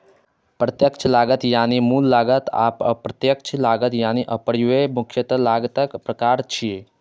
प्रत्यक्ष लागत यानी मूल लागत आ अप्रत्यक्ष लागत यानी उपरिव्यय मुख्यतः लागतक प्रकार छियै